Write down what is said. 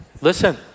listen